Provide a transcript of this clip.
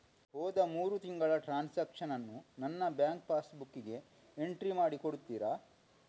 ಹೋದ ಮೂರು ತಿಂಗಳ ಟ್ರಾನ್ಸಾಕ್ಷನನ್ನು ನನ್ನ ಬ್ಯಾಂಕ್ ಪಾಸ್ ಬುಕ್ಕಿಗೆ ಎಂಟ್ರಿ ಮಾಡಿ ಕೊಡುತ್ತೀರಾ?